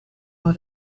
able